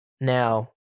Now